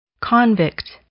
Convict